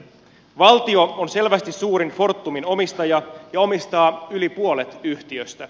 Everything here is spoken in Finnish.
valtio on selvästi suurin fortumin omistaja ja omistaa yli puolet yhtiöstä